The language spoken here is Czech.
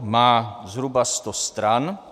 Má zhruba sto stran.